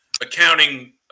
accounting